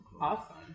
Awesome